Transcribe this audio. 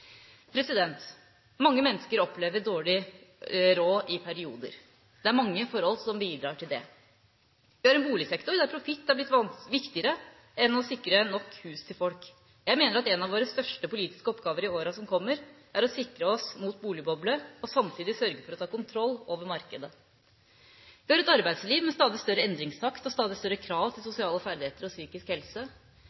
Mange mennesker opplever dårlig råd i perioder. Det er mange forhold som bidrar til det. Vi har en boligsektor der profitt har blitt viktigere enn å sikre nok hus til folk. Jeg mener at en av våre største politiske oppgaver i åra som kommer, er å sikre oss mot boligboble og samtidig sørge for å ta kontroll over markedet. Vi har et arbeidsliv med stadig større endringstakt og stadig større krav til